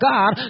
God